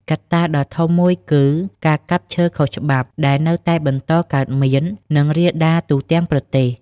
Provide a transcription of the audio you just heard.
កត្តាដ៏ធំមួយគឺ ការកាប់ឈើខុសច្បាប់ ដែលនៅតែបន្តកើតមាន និងរាលដាលទូទាំងប្រទេស។